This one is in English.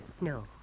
No